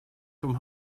from